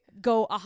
go